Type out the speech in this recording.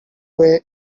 way